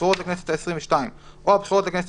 הבחירות לכנסת העשרים ושתיים או הבחירות לכנסת